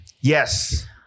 Yes